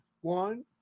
One